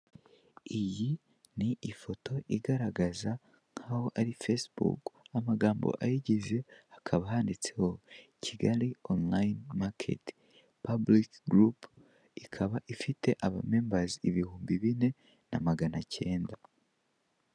Iyi ni ifoto igaragaza nkaho ari fesibuku amagambo ayigize hakaba handitseho Kigali onurayini maketi, paburike gurupu ikaba ifite abamembazi ibihumbi bine na magana kenda.